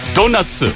Donuts